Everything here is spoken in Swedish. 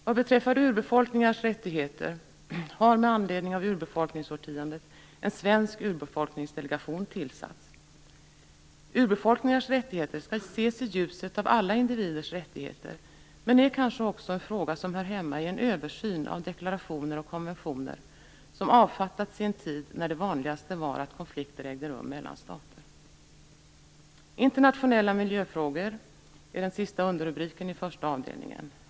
Vad beträffar urbefolkningars rättigheter har en svensk urbefolkningsdelegation tillsatts med anledning av urbefolkningsårtiondet. Urbefolkningars rättigheter skall ses i ljuset av alla individers rättigheter. Men det kanske också är en fråga som hör hemma i en översyn av deklarationer och konventioner som har avfattats i en tid när det vanligaste var att konflikter ägde rum mellan stater. Den sista underrubriken i den första avdelningen är Internationella miljöfrågor m.m.